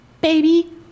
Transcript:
Baby